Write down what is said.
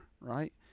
right